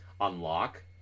unlock